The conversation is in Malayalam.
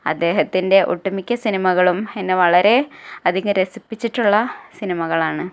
അദ്ദേഹത്തിൻ്റെ ഒട്ടുമിക്ക സിനിമകളും എന്നെ വളരെ അധികം രസിപ്പിച്ചിട്ടുള്ള സിനിമകളാണ്